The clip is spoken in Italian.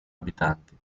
abitanti